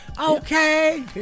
Okay